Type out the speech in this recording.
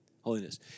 Holiness